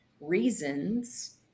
reasons